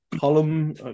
Column